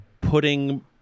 putting